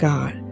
God